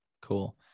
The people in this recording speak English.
Cool